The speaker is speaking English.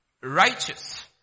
righteous